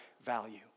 value